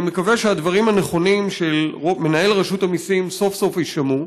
אני מקווה שהדברים הנכונים של מנהל רשות המיסים סוף-סוף יישמעו,